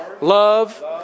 love